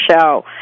show